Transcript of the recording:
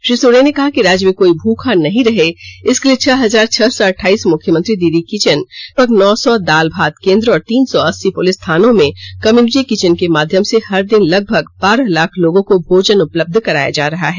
श्री सोरेन ने कहा कि राज्य में कोई भूखा नहीं रहे इसके लिए छह हजार छह सौ अठाइस मुख्यमंत्री दीदी किचन लगभग नौ सौ दाल भात केंद्र और तीन सौ अस्सी पुलिस थानों में कम्यूनिटी किचन के माध्यम से हर दिन लगभग बारह लाख लोगों को भोजन उपलब्ध कराया जा रहा है